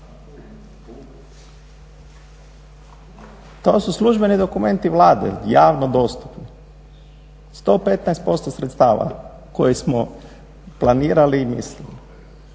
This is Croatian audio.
To su službeni dokumenti Vlade, javno dostupni, 115% sredstava koje smo planirali. Vukli